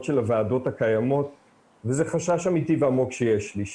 של הוועדות הקיימות וזה חשש אמיתי ועמוק שיש לי,